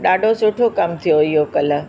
ॾाढो सुठो कमु थियो इहो कल्ह